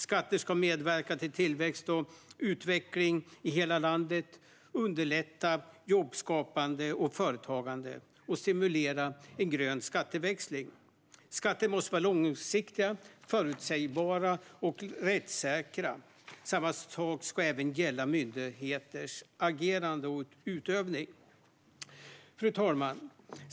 Skatter ska medverka till tillväxt och utveckling i hela landet, underlätta jobbskapande och företagande och stimulera en grön skatteväxling. Skatter måste vara långsiktiga, förutsägbara och rättssäkra. Samma sak ska även gälla myndigheters agerande och utövning. Fru talman!